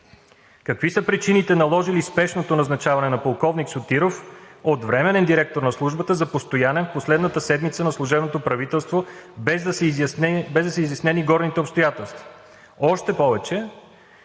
Какви са причините, наложили спешното назначаване на полковник Сотиров от временен директор на Службата за постоянен в последната седмица на служебното правителство, без да са изяснени горните обстоятелства? Още повече,